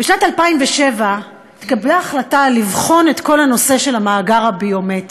בשנת 2007 התקבלה החלטה לבחון את כל הנושא של המאגר הביומטרי.